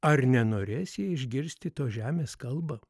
ar nenorės jie išgirsti tos žemės kalbą